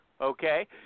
okay